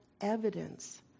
evidence